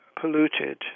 polluted